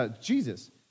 Jesus